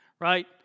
right